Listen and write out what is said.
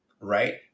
right